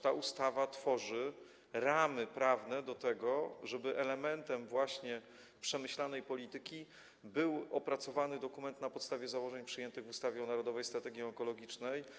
Ta ustawa tworzy ramy prawne do tego, żeby elementem właśnie przemyślanej polityki był opracowany dokument na podstawie założeń przyjętych w ustawie o Narodowej Strategii Onkologicznej.